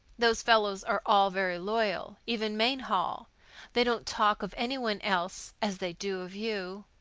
those fellows are all very loyal, even mainhall. they don't talk of any one else as they do of you.